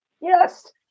yes